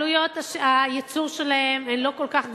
עלויות הייצור שלהן הן לא כל כך גבוהות,